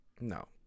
No